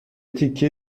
تیکه